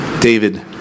David